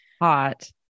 Hot